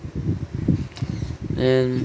and